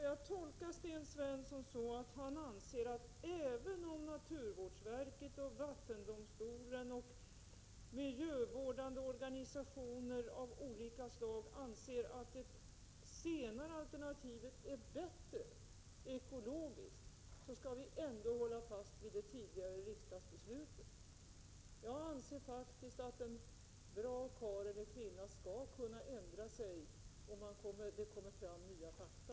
Herr talman! Skall jag tolka Sten Svenssons så, att han — även om naturvårdsverket, vattendomstolen och miljövårdande organisationer av olika slag anser att det senare alternativet ekologiskt är bättre — anser att vi skall hålla fast vid det tidigare riksdagsbeslutet? Jag anser att en bra karl eller kvinna faktiskt skall kunna ändra sig, om det kommer fram nya fakta.